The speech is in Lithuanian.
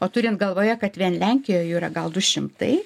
o turint galvoje kad vien lenkijoj jų yra gal du šimtai